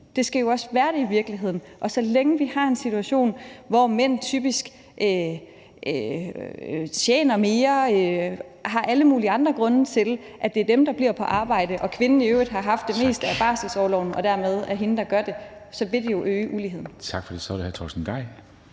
Det skal jo også være det i virkeligheden. Og så længe vi har en situation, hvor mænd typisk tjener mere, har alle mulige andre grunde til, at det er dem, der bliver på arbejdet, og kvinden i øvrigt har haft det meste af barselsorloven og dermed er hende, der gør det, så vil det jo øge uligheden.